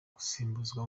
gusimbuzwa